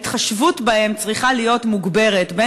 ההתחשבות בהם צריכה להיות מוגברת,